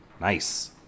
Nice